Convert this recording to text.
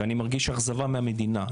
ואני מרגיש אכזבה מהמדינה.